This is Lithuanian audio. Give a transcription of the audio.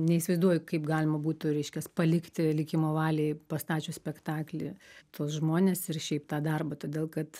neįsivaizduoju kaip galima būtų reiškęs palikti likimo valiai pastačius spektaklį tuos žmones ir šiaip tą darbą todėl kad